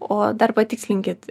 o dar patikslinkit